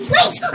Wait